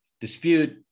dispute